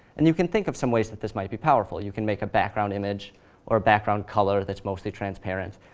and you can think of some ways that this might be powerful. you can make a background image or a background color that's mostly transparent,